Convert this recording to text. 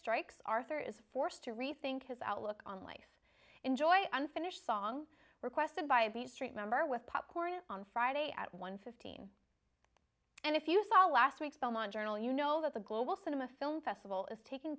strikes arthur is forced to rethink his outlook on life enjoy unfinished song requested by a beach street member with popcorn on friday at one fifteen and if you saw last week's belmont journal you know that the global cinema film festival is taking